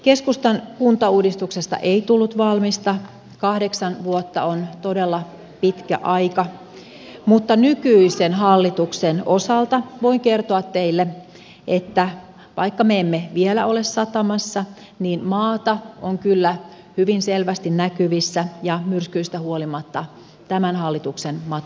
keskustan kuntauudistuksesta ei tullut valmista kahdeksan vuotta on todella pitkä aika mutta nykyisen hallituksen osalta voin kertoa teille että vaikka me emme vielä ole satamassa niin maata on kyllä hyvin selvästi näkyvissä ja myrskyistä huolimatta tämän hallituksen matka etenee